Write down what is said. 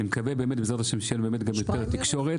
אני מקווה שבעזרת השם שתהיה לנו יותר תקשורת